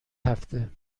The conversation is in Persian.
هفته